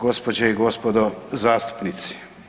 Gospođe i gospodo zastupnici.